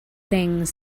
things